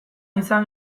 izan